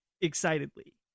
excitedly